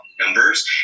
Numbers